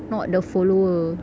not the follower